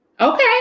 Okay